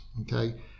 okay